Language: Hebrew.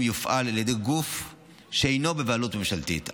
יופעל על ידי גוף שאינו בבעלות ממשלתית,